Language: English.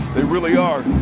really are.